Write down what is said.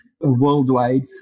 worldwide